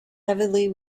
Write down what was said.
heavily